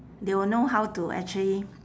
they will know how to actually